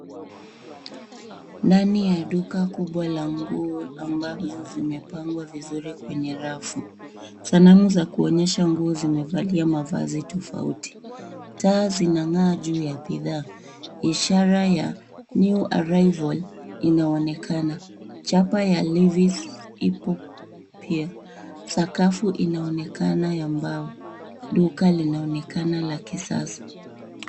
Ndani ya duka kubwa la nguo ambazo zimepangwa vizuri kwenye rafu. Sanamu za kuonyesha nguo zimevalia mavazi tofauti. Taa zinang'aa juu ya bidhaa, ishara ya New Arrival inaonekana. Chapa ya Levi's ipo pia. Sakafu inaonekana ya mbao. Duka linaonekana la kisasa.